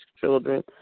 children